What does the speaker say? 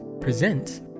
presents